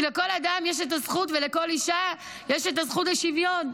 כי לכל אדם יש את הזכות ולכל אישה יש את הזכות לשוויון.